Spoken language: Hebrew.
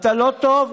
אתה לא טוב,